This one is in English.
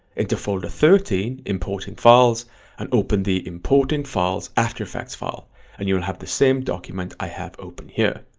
into folder thirteen importing files and open the important files after effects file and you'll have the same document i have open here.